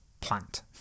plant